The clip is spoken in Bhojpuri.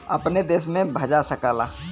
अपने देश में भजा सकला